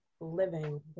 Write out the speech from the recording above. living